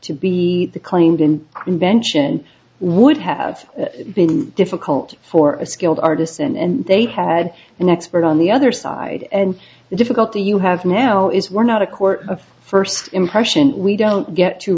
be claimed in convention would have been difficult for a skilled artists and they had an expert on the other side and the difficulty you have now is we're not a court of first impression we don't get to